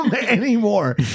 anymore